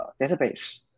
database